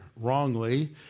wrongly